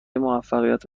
موفقیت